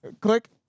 Click